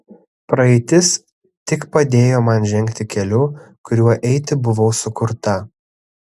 praeitis tik padėjo man žengti keliu kuriuo eiti buvau sukurta